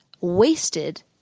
wasted